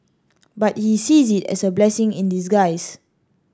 but he sees it as a blessing in disguise